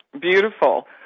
Beautiful